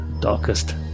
Darkest